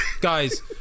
guys